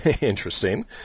Interesting